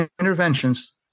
interventions